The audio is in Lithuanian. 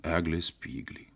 eglės spyglį